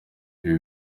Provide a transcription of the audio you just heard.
ibi